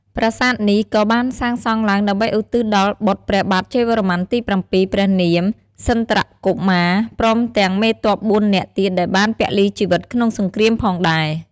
ប្រាសាទនេះក៏បានកសាងឡើងដើម្បីឧទ្ទិសដល់បុត្រព្រះបាទជ័យវរ្ម័នទី៧ ព្រះនាម ស្រិន្ទ្រកុមារ ព្រមទាំងមេទ័ពបួននាក់ទៀតដែលបានពលីជីវិតក្នុងសង្គ្រាមផងដែរ។